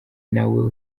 nawe